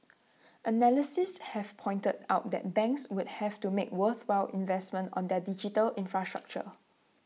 analysts have pointed out that banks would have to make worthwhile investments on their digital infrastructure